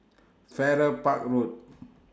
Farrer Park Road